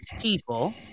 people